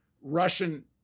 Russian